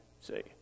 see